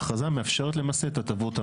ההכרזה מאפשרת למעשה את הטבות המס.